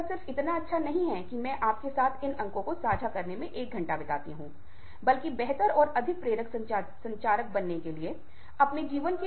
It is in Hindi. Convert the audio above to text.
यह मेरे साथ वैसा ही हुआ जैसा कि मैंने आपके साथ बातचीत शुरू करने से पहले अन्वेषण के गंभीर क्षेत्र के रूप में कुछ सुनने का पता लगाने के लिए आगे बढ़ा